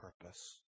purpose